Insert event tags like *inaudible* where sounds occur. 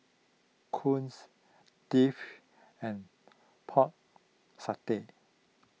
*unintelligible* and Pork Satay